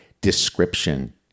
description